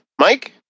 Mike